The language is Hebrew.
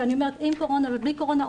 עם קורונה או בלי קורונה,